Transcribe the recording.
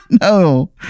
no